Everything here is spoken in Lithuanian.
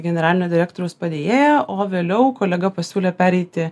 generalinio direktoriaus padėjėja o vėliau kolega pasiūlė pereiti